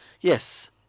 Yes